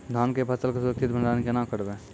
धान के फसल के सुरक्षित भंडारण केना करबै?